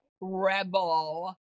rebel